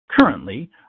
currently